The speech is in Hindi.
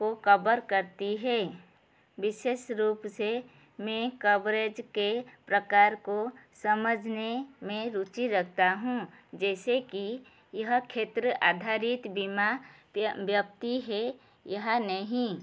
को कवर करती है विशेष रूप से में कवरेज के प्रकार को समझने में रुची रखता हूँ जैसे कि यह क्षेत्र आधारित बीमा व्य व्यक्ति है या नहीं